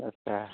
आच्चा